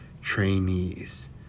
trainees